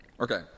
Okay